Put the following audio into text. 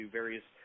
various